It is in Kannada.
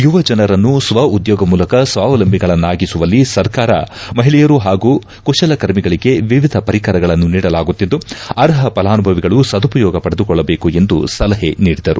ಯುವಜನರನ್ನು ಸ್ವಉದ್ಯೋಗ ಮೂಲಕ ಸ್ವಾವಲಂಬಿಗಳನ್ನಾಗಿಸುವಲ್ಲಿ ಸರ್ಕಾರ ಮಹಿಳೆಯರೂ ಹಾಗೂ ಕುಶಲಕರ್ಮಿಗಳಿಗೆ ವಿವಿಧ ಪರಿಕರಗಳನ್ನು ನೀಡಲಾಗುತ್ತಿದ್ದು ಅರ್ಪ ಫಲಾನುಭಾವಿಗಳು ಸದುಪಯೋಗ ಪಡೆದುಕೊಳ್ಳಬೇಕು ಎಂದು ಸಲಹೆ ನೀಡಿದರು